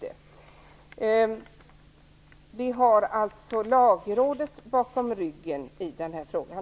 Lagrådet står alltså bakom oss i den här frågan.